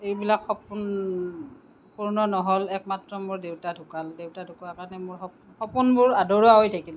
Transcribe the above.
এইবিলাক সপোন পূৰ্ণ নহ'ল একমাত্ৰ মোৰ দেউতা ঢুকাল দেউতা ঢুকোৱাৰ কাৰণে সপোনবোৰ আধৰুৱা হৈ থাকিল